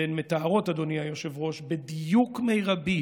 והן מתארות, אדוני היושב-ראש, בדיוק מרבי